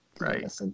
right